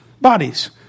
bodies